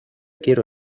quiero